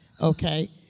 okay